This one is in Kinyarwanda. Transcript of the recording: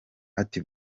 ati